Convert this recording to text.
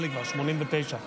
45,